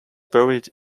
buried